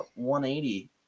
180